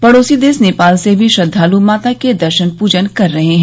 पड़ोसी देश नेपाल से भी श्रद्वाल् माता के दर्शन पूजन कर रहे हैं